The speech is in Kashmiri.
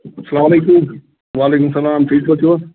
اسلام علیکُم وعلیکُم سلام ٹھیٖک پٲٹھۍ چھُو حظ